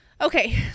Okay